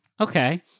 Okay